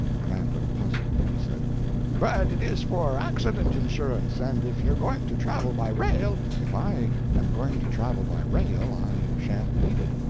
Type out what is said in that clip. the man looked puzzled. he said but it is for accident insurance, and if you are going to travel by rail if i am going to travel by rail i sha'n't need it.